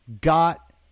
got